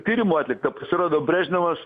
tyrimų atlikta pasirodo brežnevas